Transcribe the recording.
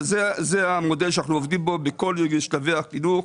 זה המודל שאנחנו עובדים לפיו, בכל שלבי החינוך.